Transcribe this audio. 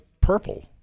purple